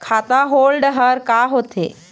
खाता holder का होथे?